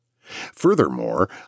Furthermore